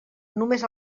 només